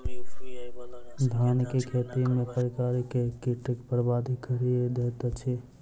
धान केँ खेती मे केँ प्रकार केँ कीट बरबाद कड़ी दैत अछि?